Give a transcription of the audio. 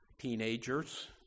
teenagers